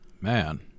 Man